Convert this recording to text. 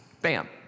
Bam